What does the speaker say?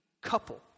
couple